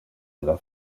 illa